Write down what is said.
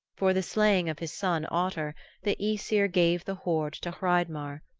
for the slaying of his son otter the aesir gave the hoard to hreidmar,